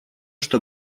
что